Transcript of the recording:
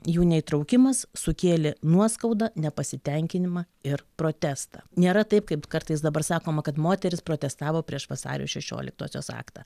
jų neįtraukimas sukėlė nuoskaudą nepasitenkinimą ir protestą nėra taip kaip kartais dabar sakoma kad moterys protestavo prieš vasario šešioliktosios aktą